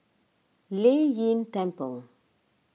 Lei Yin Temple